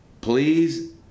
please